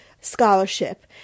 scholarship